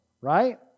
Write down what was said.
right